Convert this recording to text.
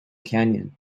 canyon